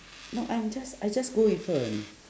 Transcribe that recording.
no I'm just I just go with her only